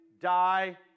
die